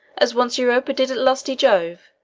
as once europa did at lusty jove,